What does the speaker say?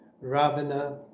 Ravana